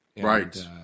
Right